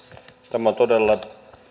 tämä on todella